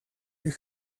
you